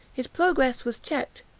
his progress was checked,